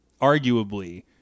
arguably